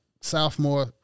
sophomore